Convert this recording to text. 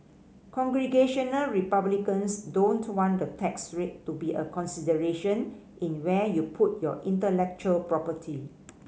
Congressional Republicans don't want the tax rate to be a consideration in where you put your intellectual property